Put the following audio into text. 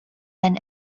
than